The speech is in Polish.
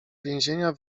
więzienia